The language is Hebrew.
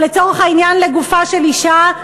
או לצורך העניין לגופה של אישה?